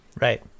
right